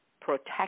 protect